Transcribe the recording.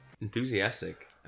enthusiastic